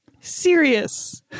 serious